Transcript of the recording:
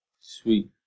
sweet